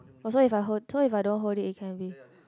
also if I hold so if I don't hold it can be